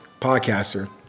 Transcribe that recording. podcaster